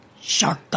Shark